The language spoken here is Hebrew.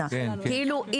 כאילו,